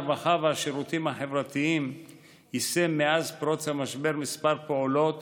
הרווחה והשירותים החברתיים יישם מאז פרוץ המשבר כמה פעולות